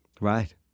Right